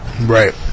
Right